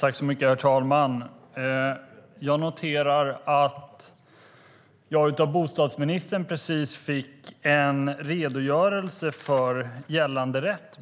Herr talman! Jag noterar att jag av bostadsministern precis fick en redogörelse för gällande rätt.